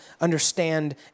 understand